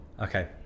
Okay